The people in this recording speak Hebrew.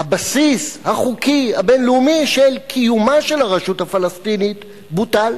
הבסיס החוקי הבין-לאומי של קיומה של הרשות הפלסטינית בוטל,